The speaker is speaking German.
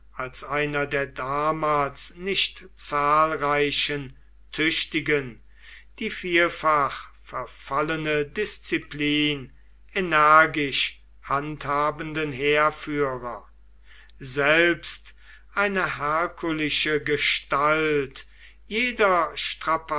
als einer der damals nicht zahlreichen tüchtigen die vielfach verfallene disziplin energisch handhabenden heerführer selbst eine herkulische gestalt jeder